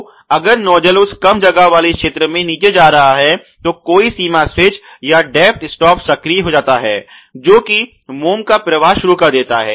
तो अगर नोजल उस कम जगह वाली क्षेत्र में नीचे जा रहा है तो कोई सीमा स्विच या डेप्थ स्टॉप सक्रिय हो जाता है जो कि मोम का प्रवाह शुरू कर देता है